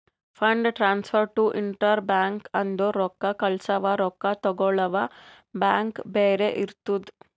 fund transfer to inter bank ಅಂದುರ್ ರೊಕ್ಕಾ ಕಳ್ಸವಾ ರೊಕ್ಕಾ ತಗೊಳವ್ ಬ್ಯಾಂಕ್ ಬ್ಯಾರೆ ಇರ್ತುದ್